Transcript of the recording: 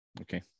okay